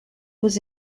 was